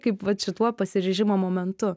kaip vat šituo pasiryžimo momentu